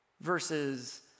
versus